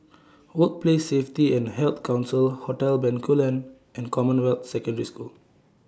Workplace Safety and Health Council Hotel Bencoolen and Commonwealth Secondary School